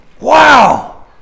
Wow